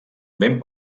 ben